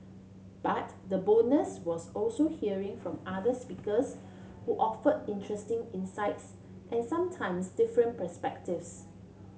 but the bonus was also hearing from other speakers who offered interesting insights and sometimes different perspectives